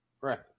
right